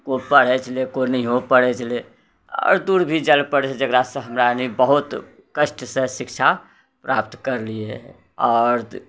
कोइ पढ़ै छलै कोइ नहिओ पढ़ै छलै आओर दूर भी जाइलए पड़ै छलै जकरासँ हमरा आरि बहुत कष्टसँ शिक्षा प्राप्त करलिए आओर